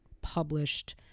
published